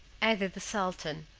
added the sultan,